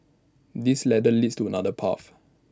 this ladder leads to another path